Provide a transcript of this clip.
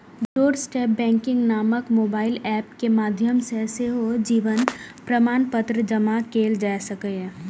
doorstep banking नामक mobile app के माध्यम सं सेहो जीवन प्रमाणपत्र जमा कैल जा सकैए